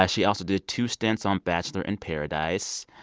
yeah she also did two stints on bachelor in paradise.